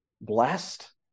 blessed